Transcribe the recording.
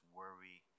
worry